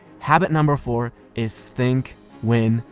habit number four is think win-win.